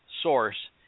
source